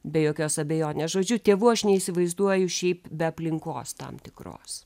be jokios abejonės žodžiu tėvų aš neįsivaizduoju šiaip be aplinkos tam tikros